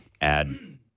add